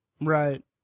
right